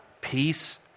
peace